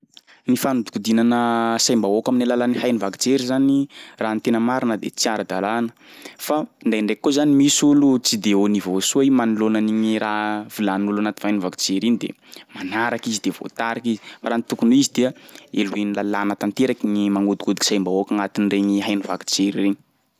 Ny fanodikodinana saim-bahoaka amin'ny alalan'ny haino vaky jery zany raha ny tena marina de tsy ara-dalÃ na fa ndraindraiky koa zany misy olo tsy de au niveau soa i manoloana an'igny raha volanin'olo anaty haino vaky jery iny de manaraka izy de voatarika izy fa raha ny tena izy dia helohin'ny lalÃ na tanteraka gny magnodikodiky saim-bahoaky agnatin'iregny haino vaky jery regny.